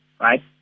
right